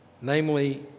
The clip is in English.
namely